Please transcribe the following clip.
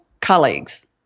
colleagues